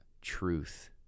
truth